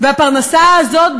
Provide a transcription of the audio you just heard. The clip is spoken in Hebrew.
והפרנסה הזאת,